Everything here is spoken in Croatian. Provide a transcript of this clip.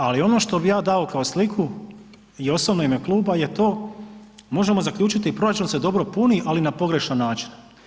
Ali ono što bi ja dao kao sliku i osobno i u ime kluba je to, možemo zaključiti proračun se dobro puni ali na pogrešan način.